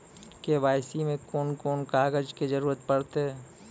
KYC मे कून कून कागजक जरूरत परतै?